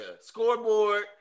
scoreboard